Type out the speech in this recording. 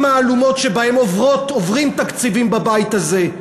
העלומות שבהן עוברים תקציבים בבית הזה,